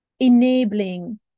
Enabling